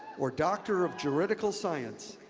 or doctor of juridical science,